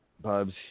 Bubs